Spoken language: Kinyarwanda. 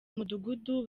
mudugudu